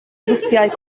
grwpiau